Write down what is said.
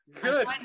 Good